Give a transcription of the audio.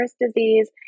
disease